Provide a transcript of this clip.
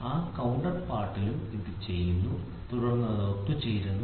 ആ കൌണ്ടർപാർട്ടിലും ഇത് ചെയ്യുന്നു തുടർന്ന് അത് ഒത്തുചേരുന്നു